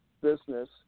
business